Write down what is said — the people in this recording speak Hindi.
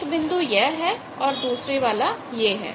एक बिंदु यह है और दूसरे वाला यह है